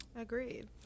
Agreed